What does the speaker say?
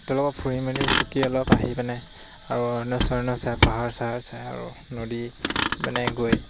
তেওঁলোকক ফুৰি মেলি অলপ আহি পিনে আৰু অৰণ্য সৰণ্য চাই পাহাৰ চাহাৰ চাই আৰু নদী মানে গৈ